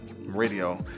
Radio